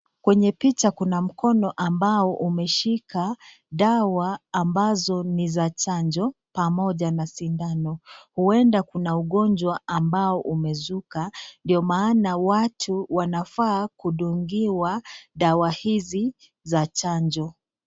Kwenye picha kuna mkono ambao umeshika dawa ambazo ni za chanjo pamoja na sindano. Ueda kuna ugonjwa ambao umezuka ndio maana watu wanafaa kudungiwa dawa hizi za chanjo.